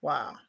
Wow